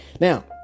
now